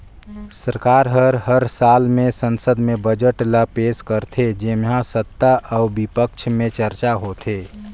सरकार हर साल में संसद में बजट ल पेस करथे जेम्हां सत्ता अउ बिपक्छ में चरचा होथे